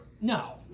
No